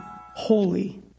holy